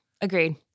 Agreed